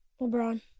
LeBron